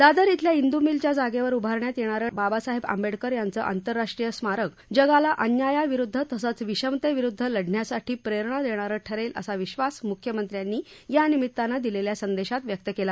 दादर इथल्या इंदू मिलच्या जागेवर उभारण्यात येणारं बाबासाहेब आंबेडकर यांचं आंतरराष्ट्रीय स्मारक जगाला अन्यायाविरुद्ध तसंच विषमतेविरुद्ध लढण्यासाठी प्रेरणा देणारं ठरेल असा विधास मुख्यमंत्र्यांनी यानिमित्तानं दिलेल्या संदेशात व्यक्त केला